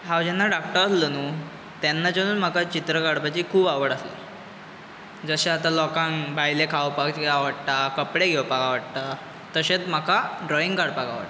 हांव जेन्ना धाकटो आसलों नू तेन्नाच्यानूच म्हाका चित्र काडपाची खूब आवड आशिल्ली जशें आतां लोकांक भायले खावपाक बी आवडटा कपडे घेवपाक आवडटा तशेंच म्हाका ड्रॉइंग काडपाक आवडटा